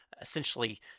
Essentially